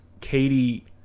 Katie